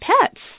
pets